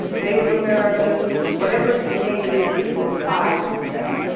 native americans, whatever name it is that you apply to them,